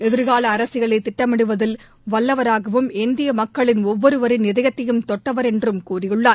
எதிர்கால அரசியலை திட்டமிடுவதில் வல்லவராகும் இந்திய மக்களின் ஒவ்வொருவரின் இதயத்தையும் தொட்டவர் என்றும் கூறியுள்ளார்